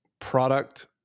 product